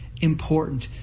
important